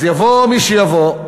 אז יבוא מי שיבוא,